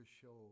show